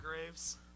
Graves